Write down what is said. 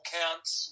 counts